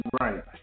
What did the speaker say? right